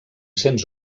cents